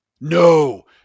No